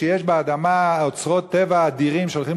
שיש באדמה אוצרות טבע אדירים והולכים